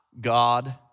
God